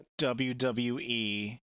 WWE